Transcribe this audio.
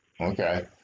Okay